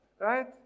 Right